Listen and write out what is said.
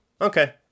okay